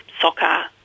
soccer